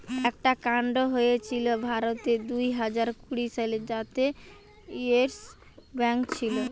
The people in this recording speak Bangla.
একটা কান্ড হয়েছিল ভারতে দুইহাজার কুড়ি সালে যাতে ইয়েস ব্যাঙ্ক ছিল